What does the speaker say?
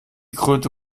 kröte